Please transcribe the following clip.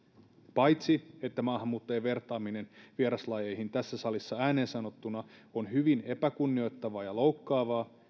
paitsi että maahanmuuttajien vertaaminen vieraslajeihin tässä salissa ääneen sanottuna on hyvin epäkunnioittavaa ja loukkaavaa